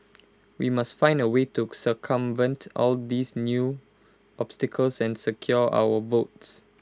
we must find A way to circumvent all these new obstacles and secure our votes